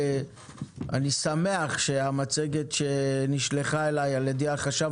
אני שמח שהמצגת שנשלחה אליי על ידי החשב